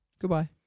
goodbye